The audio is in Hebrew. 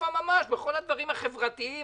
לקטסטרופה ממש בכל הדברים החברתיים,